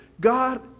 god